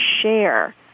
share